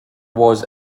was